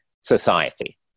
society